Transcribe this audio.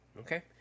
Okay